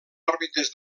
òrbites